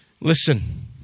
listen